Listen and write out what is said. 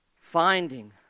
Finding